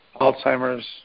Alzheimer's